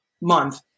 month